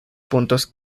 puntos